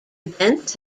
events